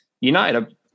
United